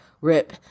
rip